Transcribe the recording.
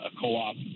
co-op